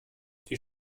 die